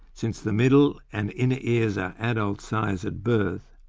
since the middle and inner ears are adult size at birth,